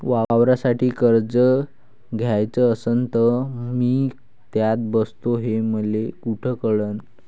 वावरासाठी कर्ज घ्याचं असन तर मी त्यात बसतो हे मले कुठ कळन?